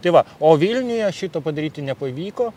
tai va o vilniuje šito padaryti nepavyko